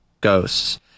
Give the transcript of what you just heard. ghosts